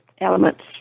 elements